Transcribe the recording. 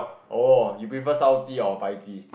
orh you prefer 烧鸡: shao ji or 白鸡: bai ji